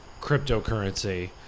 cryptocurrency